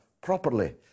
properly